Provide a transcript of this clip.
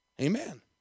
Amen